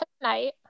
tonight